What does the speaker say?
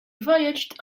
voyaged